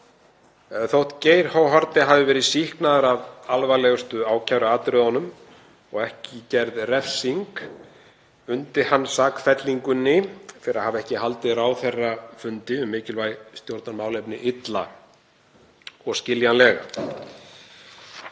Þótt Geir H. Haarde hafi verið sýknaður af alvarlegustu ákæruatriðunum og ekki gerð refsing undi hann sakfellingunni, fyrir að hafa ekki haldið ráðherrafundi um mikilvæg stjórnarmálefni, illa og skiljanlega.